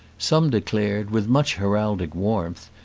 some declared, with much heraldic warmth,